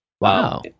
Wow